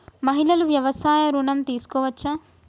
మహిళలు వ్యవసాయ ఋణం తీసుకోవచ్చా?